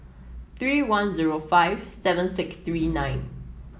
three one zero five seven six three nine